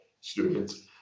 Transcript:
students